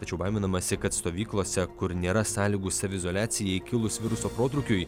tačiau baiminamasi kad stovyklose kur nėra sąlygų saviizoliacijai kilus viruso protrūkiui